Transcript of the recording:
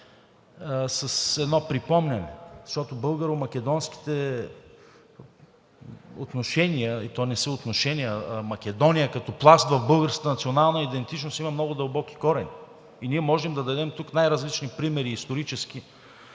с едно припомняне, защото българо-македонските отношения, и то не са отношения, а Македония като пласт в българската национална идентичност има много дълбоки корени. И ние можем да дадем тук най-различни исторически